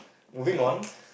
moving on